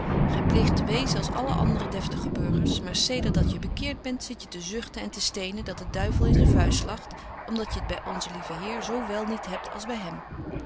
pleegt te wezen als alle andere deftige burgers maar zedert dat je bekeert ben zit je te zuchten en te stenen dat de duivel in zyn vuist lacht om dat je het by onzen lieven heer zo wel niet hebt als by hem